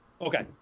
Okay